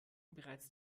bereits